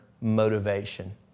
motivation